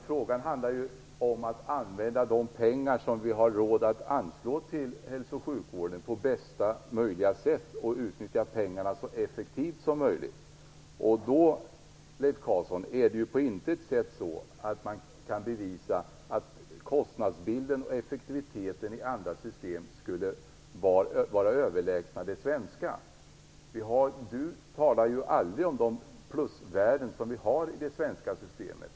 Frågan handlar ju om att använda de pengar som vi har råd att anslå till hälso och sjukvården på bästa möjliga sätt. Vi måste utnyttja pengarna så effektivt som möjligt. Det är ju på intet sätt så, Leif Carlson, att man kan bevisa att kostnadsbilden och effektiviteten i andra system skulle vara överlägsna det svenska. Leif Carlson talar aldrig om de plusvärden som vi har i det svenska systemet.